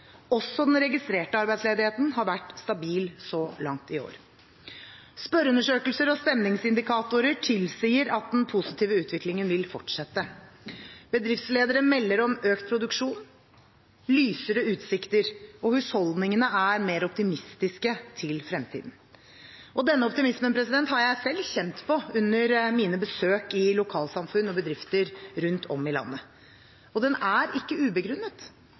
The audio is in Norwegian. Også den registrerte arbeidsledigheten har vært stabil så langt i år. Spørreundersøkelser og stemningsindikatorer tilsier at den positive utviklingen vil fortsette. Bedriftsledere melder om økt produksjon og lysere utsikter, og husholdningene er mer optimistiske med hensyn til fremtiden. Denne optimismen har jeg selv kjent på under mine besøk i lokalsamfunn og bedrifter rundt om i landet, og den er ikke ubegrunnet.